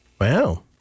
Wow